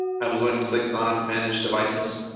i will go and click on manage devices